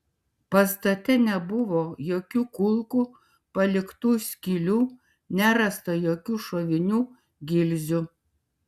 pastate nebuvo jokių kulkų paliktų skylių nerasta jokių šovinių gilzių